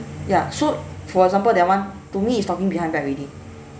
ya so for example that one to me is talking behind back already